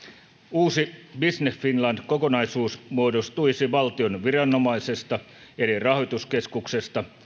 uusi business finland kokonaisuus muodostuisi valtion viranomaisesta eli rahoituskeskuksesta